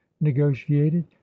negotiated